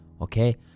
okay